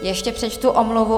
Ještě přečtu omluvu.